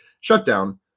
shutdown